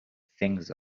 things